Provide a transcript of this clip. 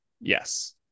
Yes